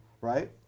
right